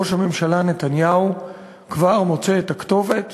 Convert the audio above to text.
ראש הממשלה נתניהו כבר מוצא את הכתובת